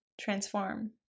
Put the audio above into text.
transform